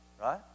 right